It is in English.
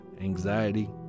anxiety